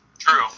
True